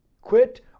Quit